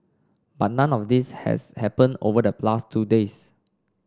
but none of this has happened over the last two days